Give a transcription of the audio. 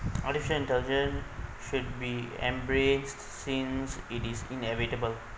artificial intelligent should be embraced since it is inevitable